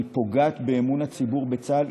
היא פוגעת באמון הציבור בצה"ל,